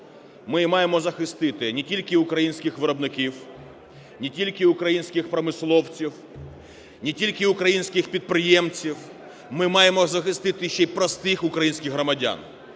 Ми маємо захистити не тільки українських виробників, не тільки українських промисловців, не тільки українських підприємців - ми маємо захистити ще й простих українських громадян.